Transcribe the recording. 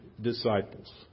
disciples